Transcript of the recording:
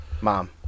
Mom